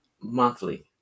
monthly